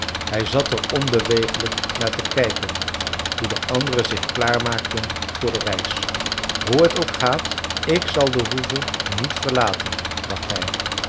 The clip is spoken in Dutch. hij zat er onbewegelijk naar te kijken hoe de anderen zich klaar maakten voor de reis hoe het ook gaat ik zal de hoeve niet verlaten dacht hij